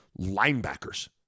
linebackers